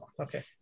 okay